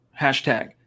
Hashtag